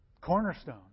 Cornerstone